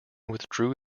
withdrew